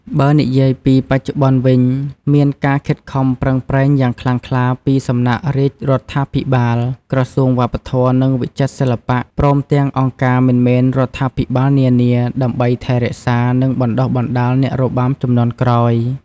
បើនិយាយពី បច្ចុប្បន្នវិញ មានការខិតខំប្រឹងប្រែងយ៉ាងខ្លាំងក្លាពីសំណាក់រាជរដ្ឋាភិបាល ក្រសួងវប្បធម៌ និងវិចិត្រសិល្បៈ ព្រមទាំងអង្គការមិនមែនរដ្ឋាភិបាលនានា ដើម្បីថែរក្សា និងបណ្តុះបណ្តាលអ្នករបាំជំនាន់ក្រោយ។